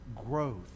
growth